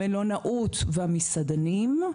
המלונאות והמסעדנים,